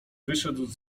wyszedł